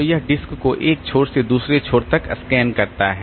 तो यह डिस्क को एक छोर से दूसरे छोर तक स्कैन करता है